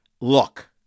Look